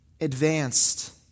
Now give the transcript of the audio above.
advanced